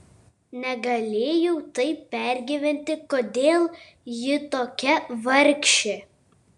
negalėjau taip pergyventi kodėl ji tokia vargšė